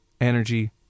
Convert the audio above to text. energy